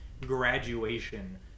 graduation